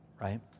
right